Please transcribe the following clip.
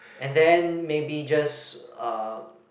and then maybe just uh